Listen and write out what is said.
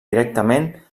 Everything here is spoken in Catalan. directament